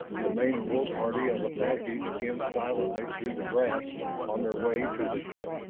the main war party of apaches skimmed silently through the grass on their way to the ship.